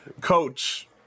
Coach